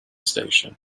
station